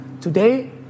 today